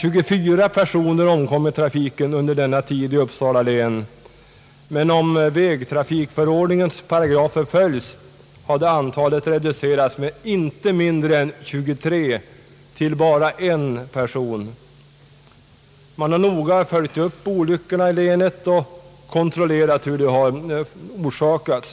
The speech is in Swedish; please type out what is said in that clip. Under denna tid omkom i Uppsala län 24 personer i trafiken, men om vägtrafikförordningens paragrafer följts hade antalet reducerats med inte mindre än 23 till bara en person. Man har noga följt upp olyekorna i länet och kontrollerat hur de har förorsakats.